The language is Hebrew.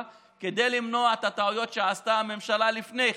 כדי למנוע את הטעויות שעשתה הממשלה לפני כן,